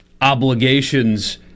obligations